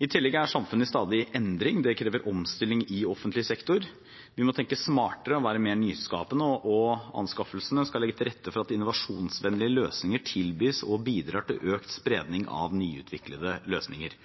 I tillegg er samfunnet i stadig endring. Det krever omstilling i offentlig sektor. Vi må tenke smartere og være mer nyskapende. Anskaffelsene skal legge til rette for at innovasjonsvennlige løsninger tilbys og bidrar til økt spredning av nyutviklede løsninger.